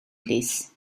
plîs